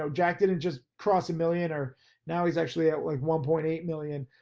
so jack didn't just cross a million or now he's actually at like one point eight million